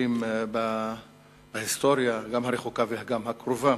מקרים בהיסטוריה, גם הרחוקה וגם הקרובה.